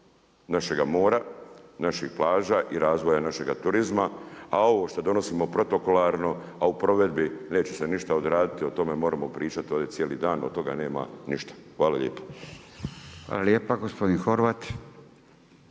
našega mora, naših plaža i razvoja našega turizma, a ovo što donosimo protokolarno, a u provedbi neće se ništa odraditi, o tome moremo pričati cijeli dan, od toga nema ništa Hvala lijepa. **Radin, Furio